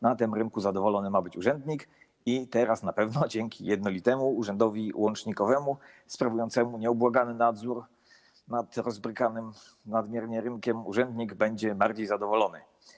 Na tym rynku zadowolony ma być urzędnik i teraz na pewno dzięki jednolitemu urzędowi łącznikowemu sprawującemu nieubłagany nadzór nad nadmiernie rozbrykanym rynkiem urzędnik będzie bardziej zadowolony.